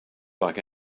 like